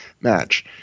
match